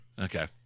Okay